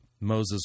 Moses